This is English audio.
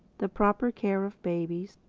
the proper care of babies,